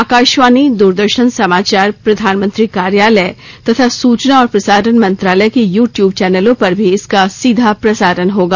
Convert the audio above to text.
आकाशवाणी द्रदर्शन समाचार प्रधानमंत्री कार्यालय तथा सुचना और प्रसारण मंत्रालय के यू ट्यूब चौनलों पर भी इसका सीधा प्रसारण होगा